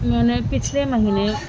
میں نے پچھلے مہینے